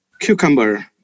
cucumber